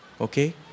Okay